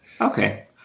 okay